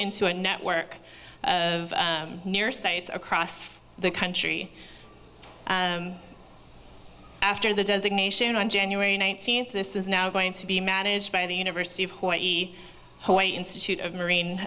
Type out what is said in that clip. into a network of near states across the country after the designation on january nineteenth this is now going to be managed by the university of hawaii hawaii institute of marine